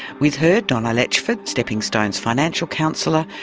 with her, donna letchford, stepping stones financial counsellor,